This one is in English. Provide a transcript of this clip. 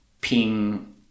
ping